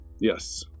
Yes